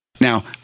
Now